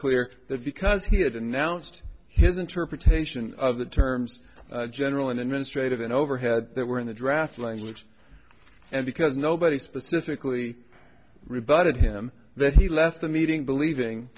clear that because he had announced his interpretation of the terms general and administrative and overhead that were in the draft language and because nobody specifically rebutted him that he left the meeting believing